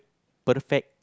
perfect